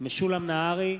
משולם נהרי,